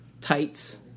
tights